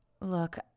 Look